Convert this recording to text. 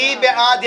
מי בעד?